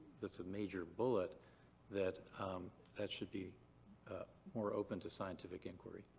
that's a major bullet that um that should be more open to scientific inquiry.